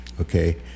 Okay